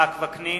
יצחק וקנין,